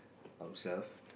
observe